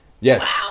yes